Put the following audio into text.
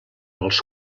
als